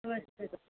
नमस्ते